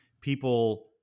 people